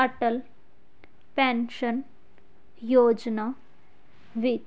Atal pension ਯੋਜਨਾ ਵਿੱਚ